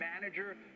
manager